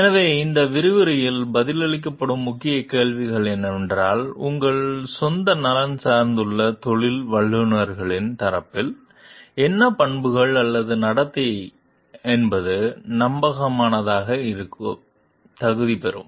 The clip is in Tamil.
எனவே இந்த விரிவுரையில் பதிலளிக்கப்படும் முக்கிய கேள்விகள் என்னவென்றால் உங்கள் சொந்த நலன் சார்ந்துள்ள தொழில் வல்லுநர்களின் தரப்பில் என்ன பண்புகள் அல்லது நடத்தை என்பது நம்பகமானதாக இருக்க தகுதிப் பெறும்